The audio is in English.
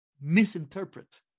misinterpret